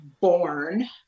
born